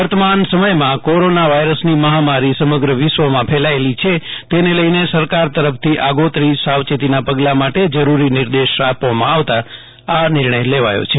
વર્તમાન સમયમાં કોરોના વાયરસની મહામારી સમગ્ર વિશ્વમાં ફેલાચેલી છે તેને લઈને સરકાર તરફથી આગોતરી સાવચેતીના પગલાં માટે જરૂરી નિર્દેશ આપવામાં આવતા આ નિર્ણય લેવાયો છે